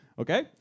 Okay